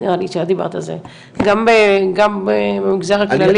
גם במגזר הכללי,